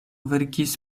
verkis